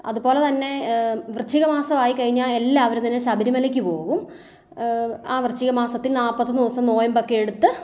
അത് പോലെ തന്നെ വൃശ്ചികമാസമായി കഴിഞ്ഞാൽ എല്ലാവരും തന്നെ ശബരിമലക്ക് പോകും ആ വൃശ്ചിക മാസത്തിൽ നാൽപ്പത്തൊന്നു ദിവസം നൊയമ്പുകളൊക്കെ എടുത്ത്